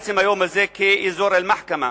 עצם היום הזה אזור אלמחכמה.